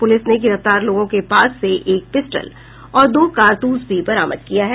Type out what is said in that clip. police ने गिरफ्तार लोगों के पास से एक पिस्टल और दो कारतूस भी बरामद किया है